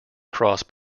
cross